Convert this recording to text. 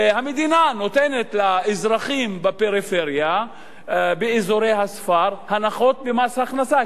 שהמדינה נותנת לאזרחים בפריפריה באזורי הספר הנחות במס הכנסה,